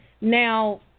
Now